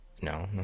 No